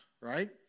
right